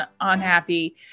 unhappy